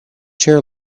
chair